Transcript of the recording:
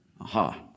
Aha